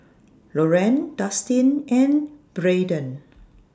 Loran Dustin and Braiden